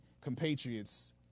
compatriots